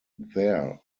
there